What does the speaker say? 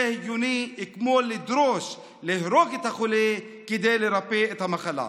זה הגיוני כמו לדרוש להרוג את החולה כדי לרפא את המחלה.